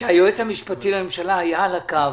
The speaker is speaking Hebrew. היועץ המשפטי לממשלה היה על הקו,